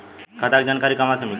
खाता के जानकारी कहवा से मिली?